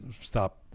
stop